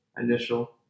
initial